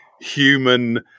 human